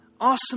Awesome